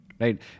Right